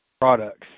products